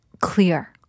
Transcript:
clear